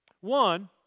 One